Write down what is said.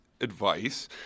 advice